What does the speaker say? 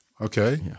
okay